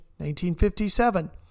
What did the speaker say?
1957